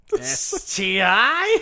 STI